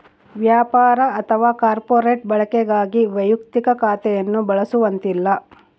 ವ್ಯಾಪಾರ ಅಥವಾ ಕಾರ್ಪೊರೇಟ್ ಬಳಕೆಗಾಗಿ ವೈಯಕ್ತಿಕ ಖಾತೆಯನ್ನು ಬಳಸುವಂತಿಲ್ಲ